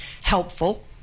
helpful